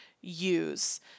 use